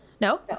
No